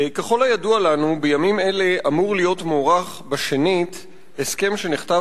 ככל הידוע לנו בימים אלה אמור להיות מוארך שנית הסכם שנחתם